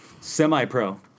Semi-pro